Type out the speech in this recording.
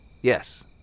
Yes